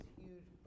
huge